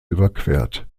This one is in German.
überquert